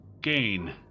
gain